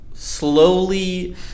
slowly